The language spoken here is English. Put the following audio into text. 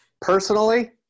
Personally